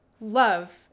love